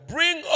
Bring